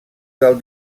del